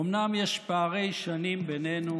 אומנם יש פערי שנים בינינו,